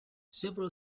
several